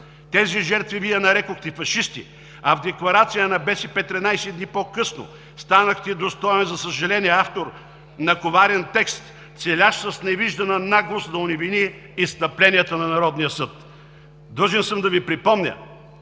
Тези жертви Вие нарекохте „фашисти“. В декларация на БСП 13 дни по-късно станахте достоен за съжаление автор на коварен текст, целящ с невиждана наглост да оневини изстъпленията на Народния съд. Длъжен съм да Ви припомня,